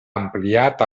ampliat